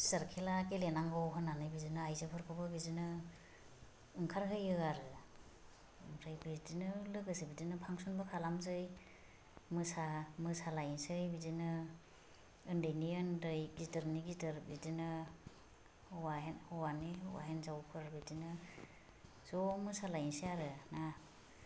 सियार खेला गेलेनांगौ होननानै बिदिनो आइजोफोरखौ बिदिनो ओंखारहोयो आरो ओमफ्राय बिदिनो लोगोसे बिदिनो फांसनबो खालामनोसै मोसालायनोसै बिदिनो उन्दैनि उन्दै गिदिरनि गिदिर बिदिनो हौवानि हौवा हिन्जावफोर बिदिनो ज' मोसालायनोसै आरोना